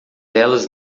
elas